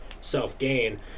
self-gain